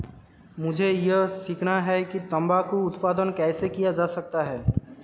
मुझे यह सीखना है कि तंबाकू उत्पादन कैसे किया जा सकता है?